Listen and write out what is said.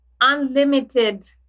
unlimited